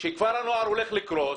כפר הנוער הולך לקרוס.